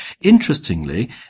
Interestingly